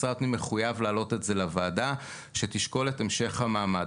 משרד הפנים מחויב להעלות את זה לוועדה על מנת שתשקול את המשך המעמד.